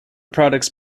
products